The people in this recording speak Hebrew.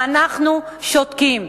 ואנחנו שותקים.